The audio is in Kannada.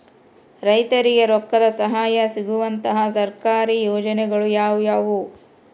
ರೈತರಿಗೆ ರೊಕ್ಕದ ಸಹಾಯ ಸಿಗುವಂತಹ ಸರ್ಕಾರಿ ಯೋಜನೆಗಳು ಯಾವುವು?